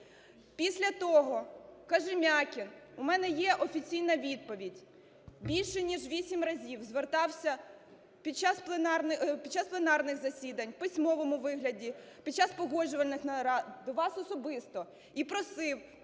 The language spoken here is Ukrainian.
Після того Кожем'якін - у мене є офіційна відповідь, - більше ніж 8 разів звертався під час пленарних засідань, в письмовому вигляді, під час погоджувальних нарад до вас особисто і просив: